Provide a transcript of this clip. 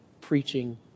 preaching